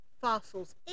fossil's